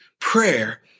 Prayer